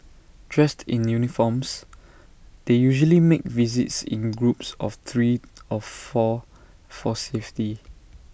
dressed in uniforms they usually make visits in groups of three of four for safety